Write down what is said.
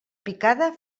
picada